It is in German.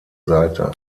seite